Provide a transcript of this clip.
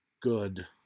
good